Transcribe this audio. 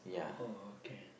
oh okay